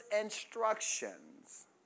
instructions